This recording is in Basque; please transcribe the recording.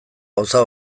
gauza